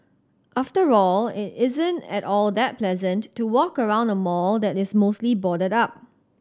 after all it isn't at all that pleasant to walk around a mall that is mostly boarded up